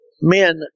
men